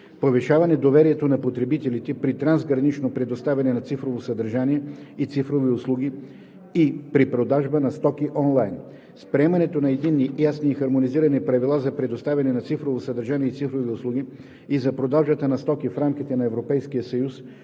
Повишаване доверието на потребителите при трансгранично предоставяне на цифрово съдържание и цифрови услуги и при продажбата на стоки онлайн. С приемането на единни, ясни и хармонизирани правила за предоставянето на цифрово съдържание и цифрови услуги и за продажбата на стоки в рамките на Европейския съюз